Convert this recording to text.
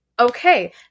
Okay